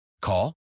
Call